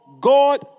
God